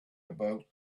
about